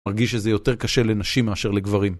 אני מרגיש שזה יותר קשה לנשים מאשר לגברים.